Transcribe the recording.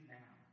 now